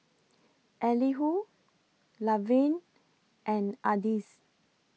Elihu Laverne and Ardyce